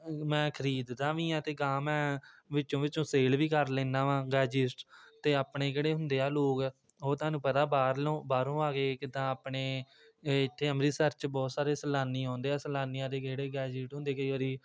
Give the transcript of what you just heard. ਮੈਂ ਖਰੀਦਦਾ ਵੀ ਹਾਂ ਅਤੇ ਅਗਾਂਹ ਮੈਂ ਵਿੱਚੋਂ ਵਿੱਚੋਂ ਸੇਲ ਵੀ ਕਰ ਲੈਂਦਾ ਵਾਂ ਗੈਜੀਟ ਅਤੇ ਆਪਣੇ ਕਿਹੜੇ ਹੁੰਦੇ ਆ ਲੋਕ ਉਹ ਤੁਹਾਨੂੰ ਪਤਾ ਬਾਹਰੋਂ ਬਾਹਰੋਂ ਆ ਕੇ ਕਿੱਦਾਂ ਆਪਣੇ ਇੱਥੇ ਅੰਮ੍ਰਿਤਸਰ 'ਚ ਬਹੁਤ ਸਾਰੇ ਸੈਲਾਨੀ ਆਉਂਦੇ ਆ ਸੈਲਾਨੀਆਂ ਦੇ ਕਿਹੜੇ ਗੈਜੀਟ ਹੁੰਦੇ ਕਈ ਵਾਰੀ